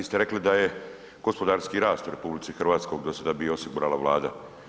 Vi ste rekli da je gospodarski rast u RH dosada bio osigurala Vlada.